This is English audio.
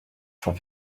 for